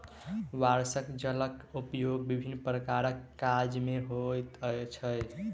वर्षाक जलक उपयोग विभिन्न प्रकारक काज मे होइत छै